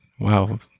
wow